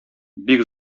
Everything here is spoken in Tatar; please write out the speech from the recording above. бик